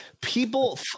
people